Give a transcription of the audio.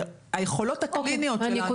היכולות הקליניות שלנו --- אוקי,